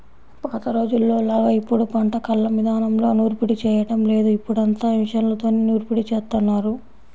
పాత రోజుల్లోలాగా ఇప్పుడు పంట కల్లం ఇదానంలో నూర్పిడి చేయడం లేదు, ఇప్పుడంతా మిషన్లతోనే నూర్పిడి జేత్తన్నారు